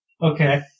Okay